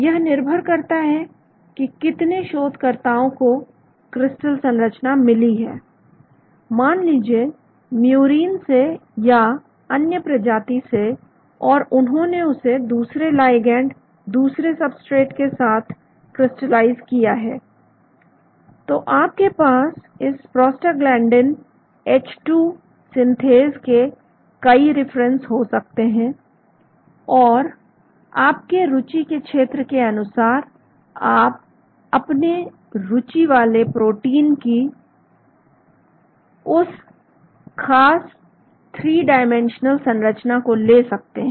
यह निर्भर करता है कि कितने शोधकर्ताओं को क्रिस्टल संरचना मिली है मान लीजिए murine से या अन्य प्रजाति से और उन्होंने उसे दूसरे लाइगैंड दूसरे सबस्ट्रेट के साथ क्रिस्टलाइज किया है तो आपके पास इस प्रोस्टाग्लैंडइन H2 सिंथेज के कई रिफरेंस हो सकते हैं और आपके रूचि के क्षेत्र के अनुसार आप अपने रुचि वाले प्रोटीन की उस खास थ्री डाइमेंशनल संरचना को ले सकते हैं